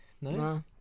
No